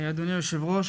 אדוני היושב ראש,